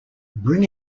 bring